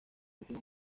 último